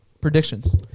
predictions